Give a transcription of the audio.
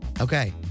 Okay